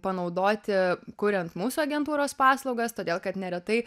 panaudoti kuriant mūsų agentūros paslaugas todėl kad neretai